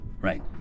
Right